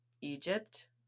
Egypt